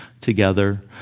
together